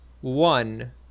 one